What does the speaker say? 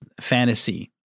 fantasy